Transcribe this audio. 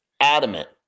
Adamant